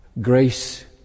grace